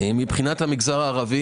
מבחינת המגזר הערבי